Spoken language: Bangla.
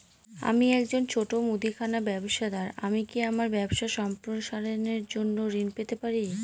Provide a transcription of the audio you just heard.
আমি একজন ছোট মুদিখানা ব্যবসাদার আমি কি আমার ব্যবসা সম্প্রসারণের জন্য ঋণ পেতে পারি?